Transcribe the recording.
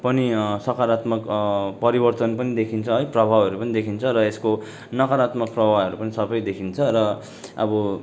पनि सकरात्मक परिवर्तन पनि देखिन्छ है प्रभावहरू पनि देखिन्छ र यसको नकरात्मक प्रभावहरू पनि सबै देखिन्छ र अब